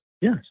Yes